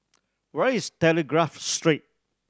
where is Telegraph Street